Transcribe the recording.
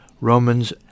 Romans